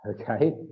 okay